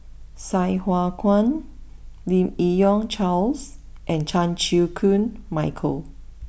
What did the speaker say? Sai Hua Kuan Lim Yi Yong Charles and Chan Chew Koon Michael